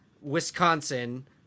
Wisconsin